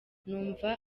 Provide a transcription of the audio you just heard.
numva